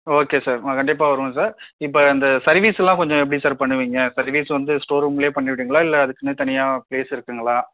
okay sir கண்டிப்பாக வருவோம் sir இப்போ இந்த சர்விஸ்சுலாம் கொஞ்சம் எப்படி சார் பண்ணுவிங்க சர்விஸ் வந்து ஸ்டோரூமில் பண்ணிடுவிங்களா இல்லை அதுக்குன்னு தனியாக ப்லேஸ் இருக்குங்களா